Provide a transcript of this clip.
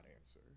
answer